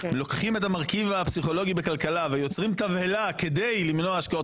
לוקחים את המרכיב הפסיכולוגי בכלכלה ויוצרים תבהלה כדי למנוע השקעות.